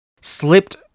slipped